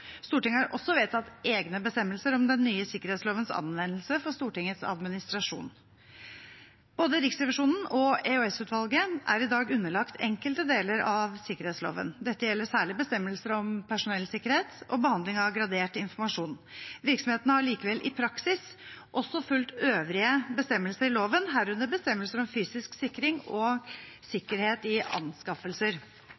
Stortinget har også vedtatt egne bestemmelser om den nye sikkerhetslovens anvendelse for Stortingets administrasjon. Både Riksrevisjonen og EOS-utvalget er i dag underlagt enkelte deler av sikkerhetsloven. Det gjelder særlig bestemmelser om personellsikkerhet og behandling av gradert informasjon. Virksomhetene har likevel i praksis også fulgt øvrige bestemmelser i loven, herunder bestemmelser om fysisk sikring og